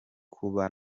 kuba